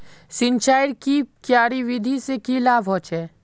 सिंचाईर की क्यारी विधि से की लाभ होचे?